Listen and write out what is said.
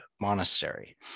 monastery